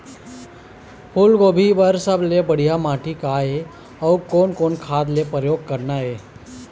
फूलगोभी बर सबले बढ़िया माटी का ये? अउ कोन कोन खाद के प्रयोग करना ये?